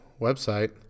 website